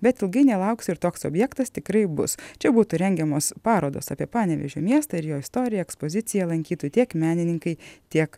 bet ilgai nelauks ir toks objektas tikrai bus čia būtų rengiamos parodos apie panevėžio miestą ir jo istoriją ekspoziciją lankytų tiek menininkai tiek